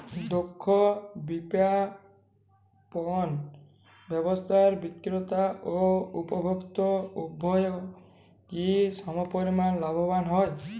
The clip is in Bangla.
দক্ষ বিপণন ব্যবস্থায় বিক্রেতা ও উপভোক্ত উভয়ই কি সমপরিমাণ লাভবান হয়?